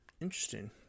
Interesting